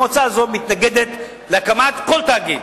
המועצה הזאת מתנגדת להקמת כל תאגיד.